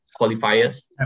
qualifiers